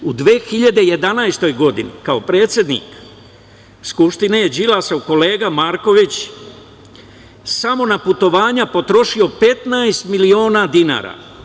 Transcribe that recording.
U 2011. godini kao predsednik Skupštine Đilasov kolega Marković samo na putovanja potrošio je 15 miliona dinara.